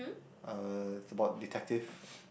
uh it's about detective